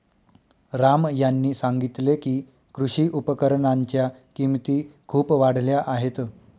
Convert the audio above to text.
राम यांनी सांगितले की, कृषी उपकरणांच्या किमती खूप वाढल्या आहेत